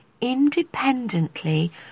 independently